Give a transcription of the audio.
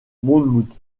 monmouth